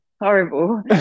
horrible